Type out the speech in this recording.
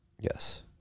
Yes